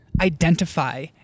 identify